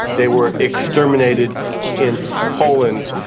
they were exterminated in poland,